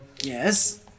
Yes